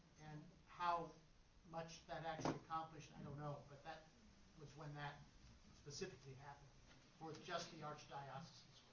and how much that actually accomplished i don't know, but that was when that specifically happened for just the archdioceses.